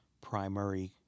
primary